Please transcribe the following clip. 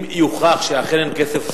אם יוכח שאכן אין כסף סעודי,